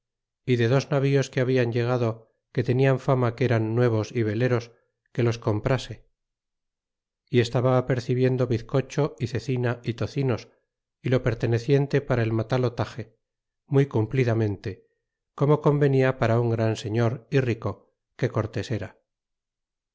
y de dos navíos que hablan llegado que tenian fama que eran nuevos y veleros que los comprase y estaba apercibiendo bizcocho y cecina y tocinos y lo perteneciente para el matalotaje muy cumplidamente como convenia para un gran señor y rico que cortés era